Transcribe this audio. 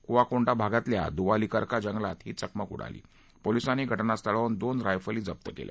कुआकोंडा भागातल्या दुवालीकरका जंगलात ही चकमक उडाली पोलीसांनी घटनास्थळाहून दोन रायफली जप्त केल्या